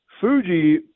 Fuji